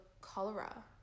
cholera